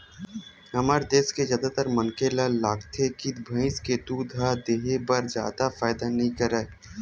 हमर देस के जादातर मनखे ल लागथे के भइस के दूद ह देहे बर जादा फायदा नइ करय